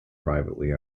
privately